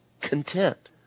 content